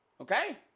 Okay